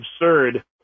absurd